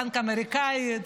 טנק אמריקני,